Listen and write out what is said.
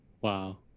Wow